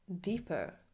deeper